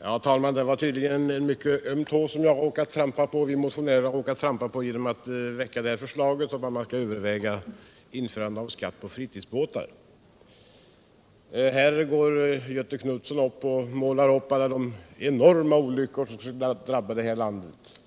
Herr talman! Det var tydligen en mycket öm tå som vi motionärer råkade trampa på genom att väcka förslaget att överväga införandet av skatt på fritidsbåtar. Göthe Knutson målar här upp de enorma olyckor som kommer att drabba landet